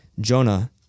Jonah